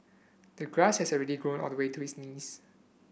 the grass had already grown all the way to his knees